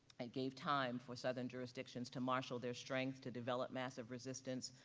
and gave time for southern jurisdictions to marshal their strength, to develop massive resistance,